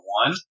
one